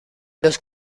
los